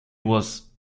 was